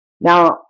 Now